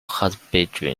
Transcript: husbandry